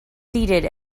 seated